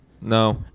No